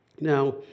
Now